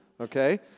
okay